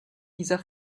dieser